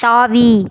தாவி